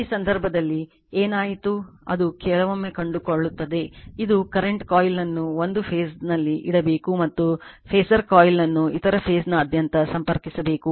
ಈ ಸಂದರ್ಭದಲ್ಲಿ ಏನಾಯಿತು ಅದು ಕೆಲವೊಮ್ಮೆ ಕಂಡುಕೊಳ್ಳುತ್ತದೆ ಇದು ಕರೆಂಟ್ ಕಾಯಿಲ್ ನ್ನು ಒಂದು ಫೇಸ್ ಲ್ಲಿ ಇಡಬೇಕು ಮತ್ತು ಫಾಸರ್ ಕಾಯಿಲ್ ಅನ್ನು ಇತರ ಫೇಸ್ ನಾದ್ಯಂತ ಸಂಪರ್ಕಿಸಬೇಕು